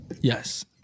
Yes